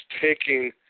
taking